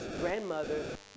grandmother